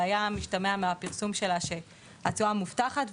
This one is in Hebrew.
שמהפרסום שלה השתמע שהתשואה היא מובטחת,